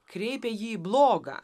kreipė jį į bloga